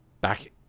back